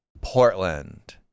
Portland